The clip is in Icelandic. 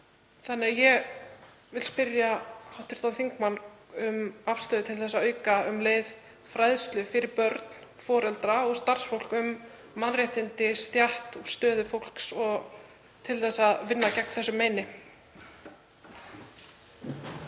ekki? Ég vil spyrja hv. þingmann um afstöðu hennar til þess að auka um leið fræðslu fyrir börn, foreldra og starfsfólk um mannréttindi, stétt og stöðu fólks til að vinna gegn þessu meini.